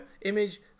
Image